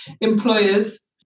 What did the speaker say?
employers